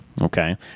Okay